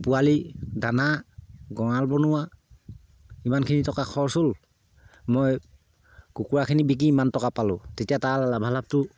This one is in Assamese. পোৱালি দানা গঁৰাল বনোৱা ইমানখিনি টকা খৰচ হ'ল মই কুকুৰাখিনি বিকি ইমান টকা পালোঁ তেতিয়া তাৰ লাভালাভটো